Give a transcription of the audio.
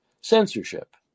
censorship